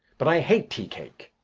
but i hate tea-cake.